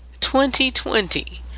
2020